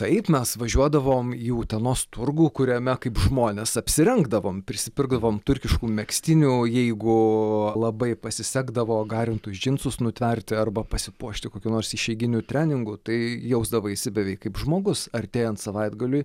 taip mes važiuodavom į utenos turgų kuriame kaip žmonės apsirengdavom prisipirkdavom turkiškų megztinių o jeigu labai pasisekdavo garintus džinsus nutverti arba pasipuošti kokiu nors išeiginiu treningu tai jausdavaisi beveik kaip žmogus artėjant savaitgaliui